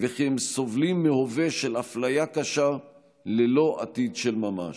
וכי הם סובלים מהווה של אפליה קשה ללא עתיד של ממש.